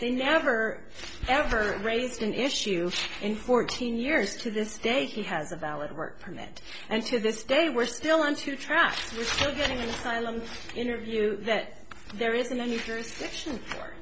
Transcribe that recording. they never ever raised an issue in fourteen years to this day he has a valid work permit and to this day we're still on two tracks we're still getting asylum interview that there isn't any first action or